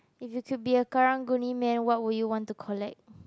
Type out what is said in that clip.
if you to be a Karang-Guni man what would you want to collect